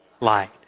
light